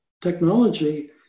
technology